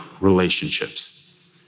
relationships